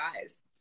eyes